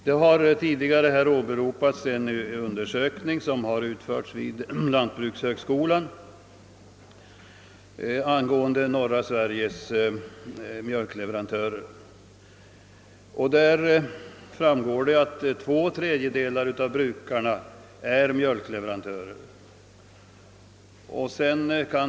Här har tidigare åberopats en undersökning som har utförts vid lantbrukshögskolan angående norra Sveriges jordbrukare. Där framgår det att två tredjedelar av brukarna är mjölkleverantörer.